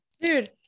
dude